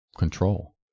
control